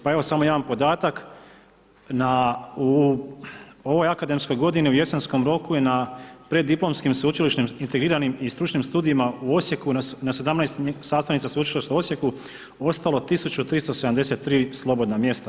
Pa evo samo jedan podatak, u ovoj akademskoj godini u jesenskom roku je na preddiplomskim sveučilišnim integriranim i stručnim studijima u Osijeku na 17 sastavnica Sveučilišta u Osijeku ostalo tisuću 377 slobodna mjesta.